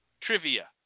trivia